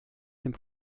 dem